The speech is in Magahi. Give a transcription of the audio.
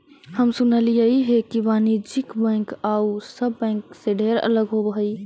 हम सुनलियई हे कि वाणिज्य बैंक आउ सब बैंक से ढेर अलग होब हई